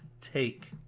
take